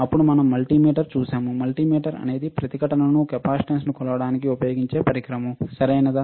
అప్పుడు మనం మల్టీమీటర్ చూశాము మల్టీమీటర్ అనేది ప్రతిఘటనను కెపాసిటెన్స్ కొలవడానికి ఉపయోగించే పరికరం సరియైనదా